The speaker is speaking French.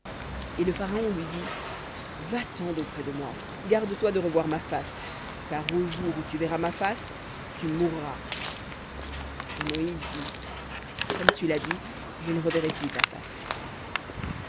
et le pharaon lui dit va-t'en d'auprès de moi garde-toi de revoir ma face car au jour où tu verras ma face tu mourras et moïse dit comme tu l'as dit je ne reverrai plus ta face